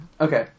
Okay